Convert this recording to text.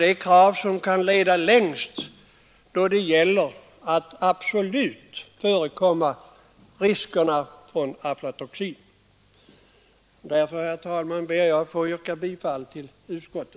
De kan inom landet ändock bli försämrade.